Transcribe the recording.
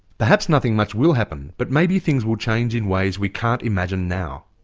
perhaps nothing much will happen, but maybe things will change in ways we can't imagine now.